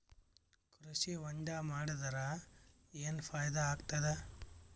ಕೃಷಿ ಹೊಂಡಾ ಮಾಡದರ ಏನ್ ಫಾಯಿದಾ ಆಗತದ?